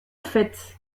fait